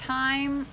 time